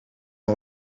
nog